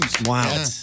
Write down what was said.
Wow